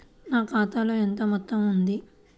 నా ఖాతాలో ఎంత మొత్తం ఉంది?